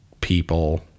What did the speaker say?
people